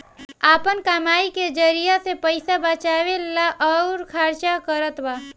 आपन कमाई के जरिआ से पईसा बचावेला अउर खर्चा करतबा